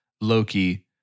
Loki